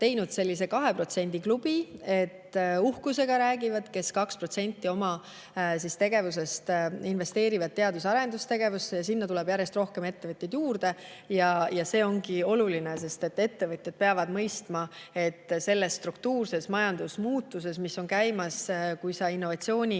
teinud sellise 2% klubi, uhkusega räägivad, kes 2% oma tegevusest investeerivad teadus‑ ja arendustegevusse, ja sinna tuleb järjest rohkem ettevõtjaid juurde. Ja see ongi oluline, sest ettevõtjad peavad mõistma, et kui selles struktuurses majandusmuutuses, mis on käimas, innovatsiooni